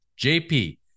JP